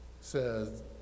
says